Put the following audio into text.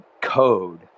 code